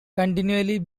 continually